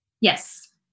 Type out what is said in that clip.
Yes